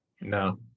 no